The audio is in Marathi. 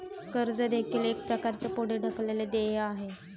कर्ज देखील एक प्रकारचे पुढे ढकललेले देय आहे